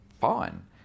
fine